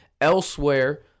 Elsewhere